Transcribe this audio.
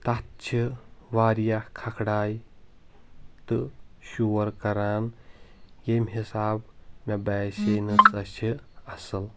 تَتھ چھِ واریاہ کَھکھراے تہٕ شور کَران ییمہِ حِساب مے باسیٚیہِ نہٕ سۄ چھِ اَصٕل